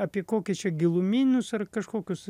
apie kokius čia giluminius ar kažkokius